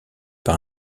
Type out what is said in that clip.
par